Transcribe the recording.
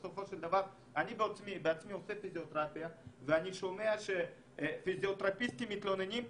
אני בעצמי עושה פיזיותרפיה ואני שומע שפיזיותרפיסטים מתלוננים,